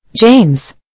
James